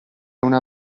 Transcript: una